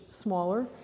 smaller